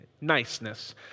Niceness